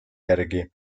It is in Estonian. järgi